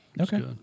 Okay